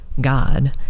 god